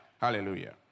Hallelujah